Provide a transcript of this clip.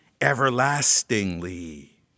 everlastingly